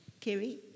Kerry